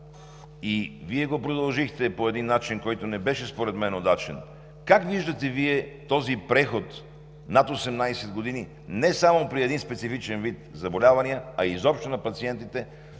и Вие го продължихте по един начин, който не беше според мен удачен, как виждате Вие този преход за над 18 години не само при един специфичен вид заболявания, а изобщо на пациентите,